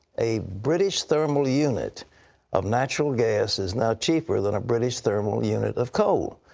a british thermal unit of natural gas is now cheaper than a british thermal unit of coal,